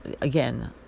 Again